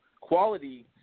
quality